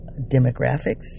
demographics